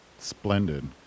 Splendid